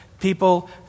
people